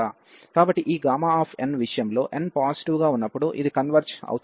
కాబట్టి ఈ n విషయంలో n పాజిటివ్ గా ఉన్నప్పుడు ఇది కన్వెర్జ్ అవుతుంది